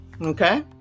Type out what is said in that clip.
Okay